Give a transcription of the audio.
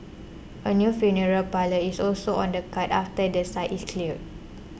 a new funeral parlour is also on the cards after the site is cleared